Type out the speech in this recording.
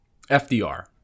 FDR